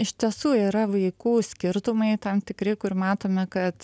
iš tiesų yra vaikų skirtumai tam tikri kur matome kad